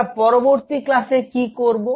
আমরা পরবর্তী ক্লাসে কি করব